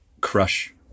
crush